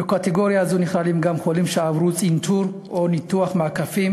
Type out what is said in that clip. בקטגוריה הזאת נכללים גם חולים שעברו צנתור או ניתוח מעקפים,